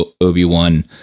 obi-wan